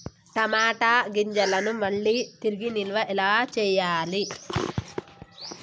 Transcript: టమాట గింజలను మళ్ళీ తిరిగి నిల్వ ఎలా చేయాలి?